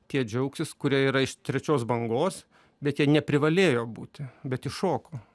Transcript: tie džiaugsis kurie yra iš trečios bangos bet jie neprivalėjo būti bet įšoko